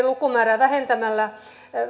lukumäärää vähentämällä